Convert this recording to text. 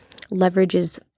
leverages